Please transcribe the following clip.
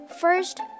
first